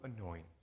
anoint